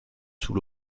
sous